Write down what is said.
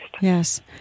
Yes